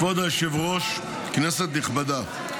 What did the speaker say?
כבוד היושב-ראש, כנסת נכבדה,